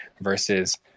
versus